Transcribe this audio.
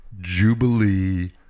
Jubilee